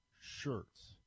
shirts